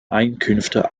einkünfte